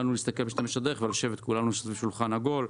וגם לשבת כולנו סביב שולחן עגול.